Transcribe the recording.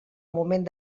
moment